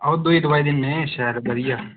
आहो दुई दवाई दिन्ने शैल बधिया